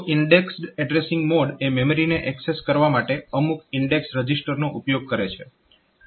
તો indexed addressing mode એ મેમરીને એક્સેસ કરવા માટે અમુક ઇન્ડેક્સ રજીસ્ટરનો ઉપયોગ કરે છે